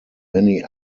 many